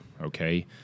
okay